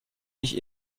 nicht